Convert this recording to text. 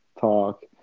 talk